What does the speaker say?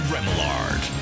Remillard